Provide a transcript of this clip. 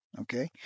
Okay